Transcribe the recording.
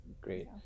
Great